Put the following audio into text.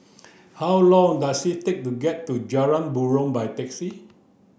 how long does it take to get to Jalan Buroh by taxi